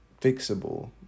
fixable